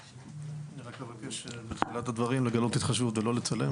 אני רק אבקש בתחילת הדברים לגלות התחשבות ולא לצלם,